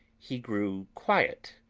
he grew quiet,